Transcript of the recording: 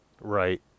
Right